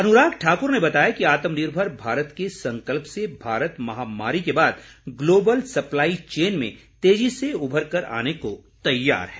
अनुराग ठाकुर ने बताया कि आत्मनिर्भर भारत के संकल्प से भारत महामारी के बाद ग्लोबल सप्लाई चेन में तेज़ी से उभर कर आने को तैयार है